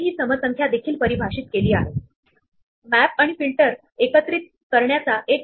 आता हे built in Python list वापरून अंमलबजावणी करणे सोपे आहे